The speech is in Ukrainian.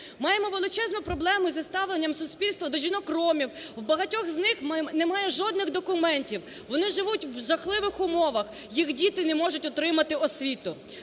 Маємо величезну проблему і зі ставленням суспільства до жінок-ромів, у багатьох з них немає жодних документів, вони живуть в жахливих умовах, їх діти не можуть отримати освіту.